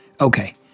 Okay